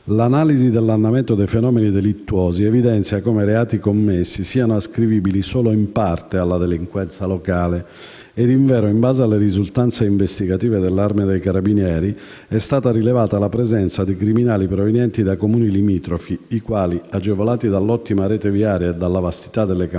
L'analisi dell'andamento dei fenomeni delittuosi evidenzia come i reati commessi siano ascrivibili solo in parte alla delinquenza locale. Ed invero in base alle risultanze investigative dell'Arma dei carabinieri è stata rilevata la presenza di criminali provenienti da Comuni limitrofi, i quali, agevolati dall'ottima rete viaria e dalla vastità delle campagne